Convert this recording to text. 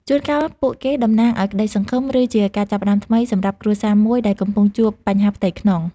ជួនកាលពួកគេតំណាងឱ្យក្តីសង្ឃឹម ឬជាការចាប់ផ្ដើមថ្មីសម្រាប់គ្រួសារមួយដែលកំពុងជួបបញ្ហាផ្ទៃក្នុង។